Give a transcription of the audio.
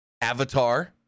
Avatar